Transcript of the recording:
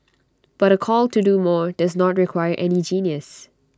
but A call to do more does not require any genius